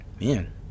man